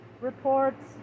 reports